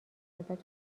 ازتون